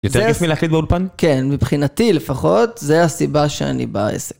יותר כיף מלהכין באולפן? כן, מבחינתי לפחות, זה הסיבה שאני בעסק.